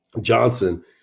Johnson